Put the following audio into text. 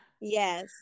Yes